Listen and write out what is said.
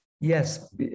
Yes